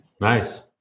Nice